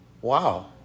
Wow